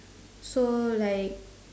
so like